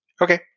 Okay